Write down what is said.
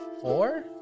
Four